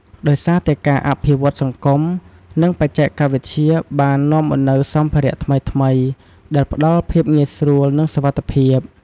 ដោយសារតែការអភិវឌ្ឍន៍សង្គម និងបច្ចេកវិទ្យាបាននាំមកនូវសម្ភារៈថ្មីៗ ដែលផ្តល់ភាពងាយស្រួល និងសុវត្ថិភាព។